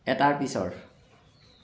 এটাৰ পিছৰ